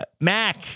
Mac